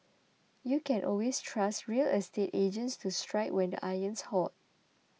you can always trust real estate agents to strike when the iron's hot